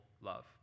love